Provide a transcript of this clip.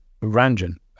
Ranjan